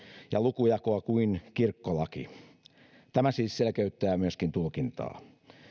ja lukujakoa kuin kirkkolaki tämä siis selkeyttää myöskin tulkintaa